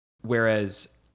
Whereas